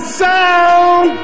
sound